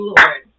Lord